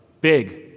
Big